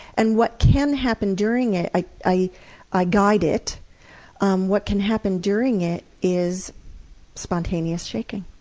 and what can happen during it i i ah guide it um what can happen during it is spontaneous shaking.